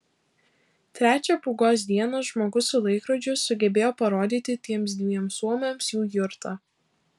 trečią pūgos dieną žmogus su laikrodžiu sugebėjo parodyti tiems dviem suomiams jų jurtą